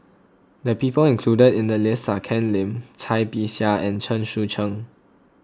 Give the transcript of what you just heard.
the people included in the list are Ken Lim Cai Bixia and Chen Sucheng